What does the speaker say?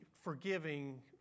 forgiving